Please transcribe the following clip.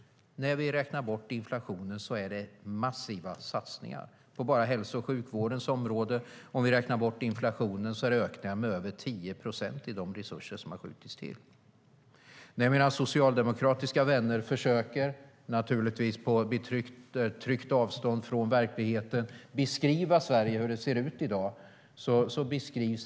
När inflationen räknas bort är det fråga om massiva satsningar. På bara hälso och sjukvårdens område - inflationen borträknad - är det fråga om ökningar av resurserna med över 10 procent. Mina socialdemokratiska vänner försöker - naturligtvis på tryggt avstånd från verkligheten - beskriva hur det ser ut i Sverige i dag.